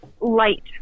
light